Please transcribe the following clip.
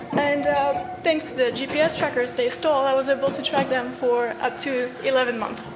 and thanks to gps trackers they stole, i was able to track them for up to eleven month.